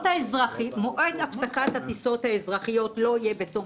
שמועד הפסקת הטיסות האזרחיות לא יהיה בתום